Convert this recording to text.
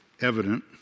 evident